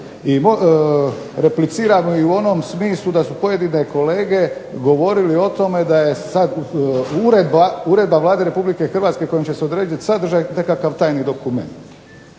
I repliciram i u onom smislu da su pojedine kolege govorili o tome da je sad Uredba Vlade RH kojom će se odrediti sadržaj nekakav tajni dokument.